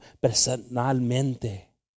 personalmente